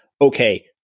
Okay